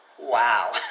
Wow